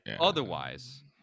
otherwise